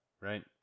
right